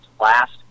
last